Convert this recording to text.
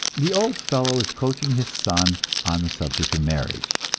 the old fellow is coaching his son on the subject of marriage,